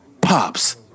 Pops